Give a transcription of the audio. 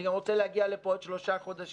אני גם רוצה להגיע פה עוד שלושה חודשים